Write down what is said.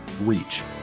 reach